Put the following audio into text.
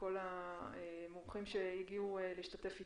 לכל המומחים שהגיעו להשתתף איתנו.